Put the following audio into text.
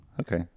Okay